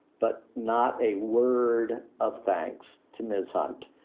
but not a word of thanks to ms. hunt,